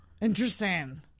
Interesting